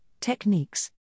techniques